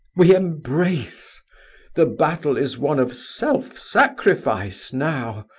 we embrace the battle is one of self-sacrifice now!